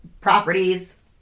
properties